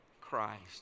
Christ